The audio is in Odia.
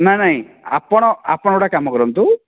ନାଇ ନାଇ ଆପଣ ଆପଣ ଗୋଟେ କାମ କରନ୍ତୁ